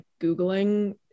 Googling